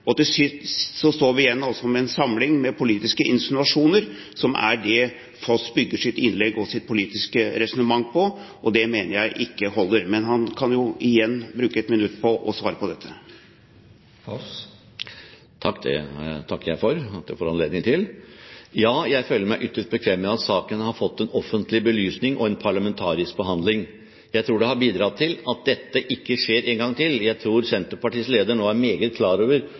og til sist står vi igjen med en samling av politiske insinuasjoner som er det Foss bygger sitt innlegg og sitt politiske resonnement på. Det mener jeg ikke holder. Men han kan jo igjen bruke et minutt på å svare på dette. Det takker jeg for at jeg får anledning til. Ja, jeg føler meg ytterst bekvem med at saken har fått en offentlig belysning og en parlamentarisk behandling. Jeg tror det har bidratt til at dette ikke skjer en gang til. Jeg tror Senterpartiets leder nå er meget klar over